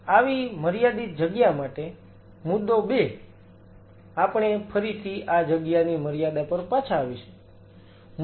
આવી મર્યાદિત જગ્યા માટે મુદ્દો 2 આપણે ફરીથી આ જગ્યાની મર્યાદા પર પાછા આવીશું